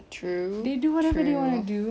true true